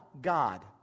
God